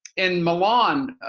in milan,